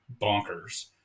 bonkers